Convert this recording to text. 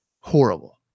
Horrible